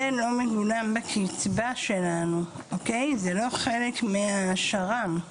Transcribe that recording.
רכיבים אלה לא מגולמים בקצבה שלנו; זה לא חלק מהשר"מ.